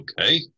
Okay